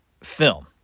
film